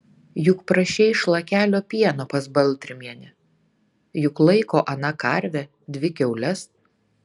juk prašei šlakelio pieno pas baltrimienę juk laiko ana karvę dvi kiaules